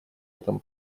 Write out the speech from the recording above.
этом